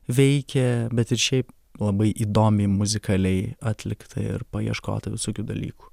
veikia bet ir šiaip labai įdomiai muzikaliai atlikta ir paieškota visokių dalykų